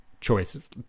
choices